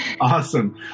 Awesome